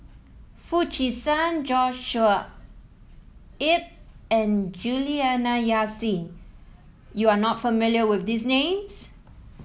Foo Chee San Joshua Ip and Juliana Yasin you are not familiar with these names